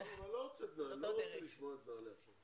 אבל אני לא רוצה לשמוע את נעל"ה עכשיו,